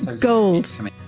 Gold